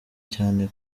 cyane